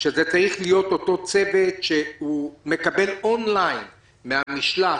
שצריך להיות אותו צוות שמקבל און-ליין מהמשלט,